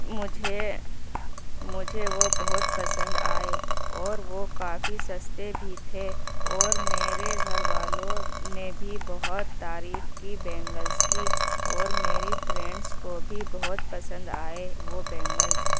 مجھے مجھے وہ بہت پسند آئے اور وہ کافی سستے بھی تھے اور میرے گھر والوں نے بھی بہت تعریف کی بینگلس کی اور میری فرینڈس کو بھی بہت پسند آئے وہ بینگلس